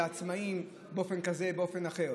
לעצמאים באופן כזה או באופן אחר,